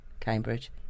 Cambridge